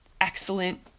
Excellent